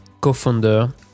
co-founder